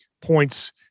points